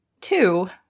Two